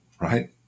right